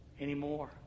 anymore